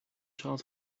charles